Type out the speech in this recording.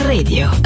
Radio